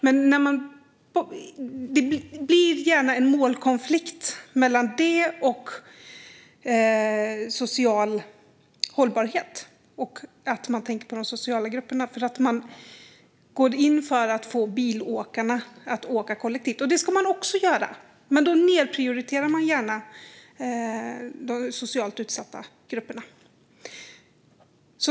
Men det blir gärna en målkonflikt mellan det och social hållbarhet och att man tänker på de sociala grupperna. Man går in för att få bilåkarna att åka kollektivt. Det ska man också göra, men då nedprioriterar man gärna de socialt utsatta grupperna.